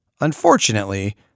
Unfortunately